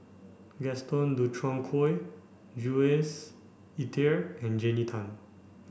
Gaston Dutronquoy Jules Itier and Jannie Tay